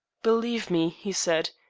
believe me, he said,